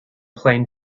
plane